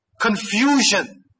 confusion